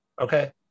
Okay